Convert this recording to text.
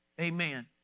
Amen